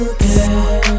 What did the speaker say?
girl